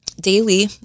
daily